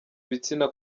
ibitsina